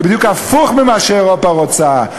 זה בדיוק הפוך ממה שאירופה רוצה,